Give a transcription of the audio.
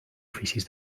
oficis